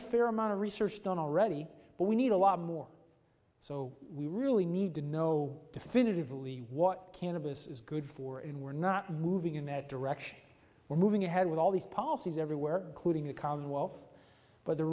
a fair amount of research done already but we need a lot more so we really need to know definitively what cannabis is good for in we're not moving in that direction we're moving ahead with all these policies everywhere including the commonwealth but the